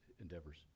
endeavors